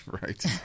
Right